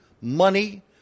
money